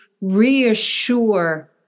reassure